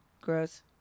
Gross